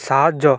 সাহায্য